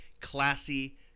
classy